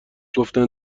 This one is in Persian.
گفتن